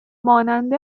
مانند